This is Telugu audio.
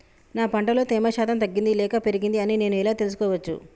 నా పంట లో తేమ శాతం తగ్గింది లేక పెరిగింది అని నేను ఎలా తెలుసుకోవచ్చు?